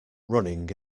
running